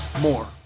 more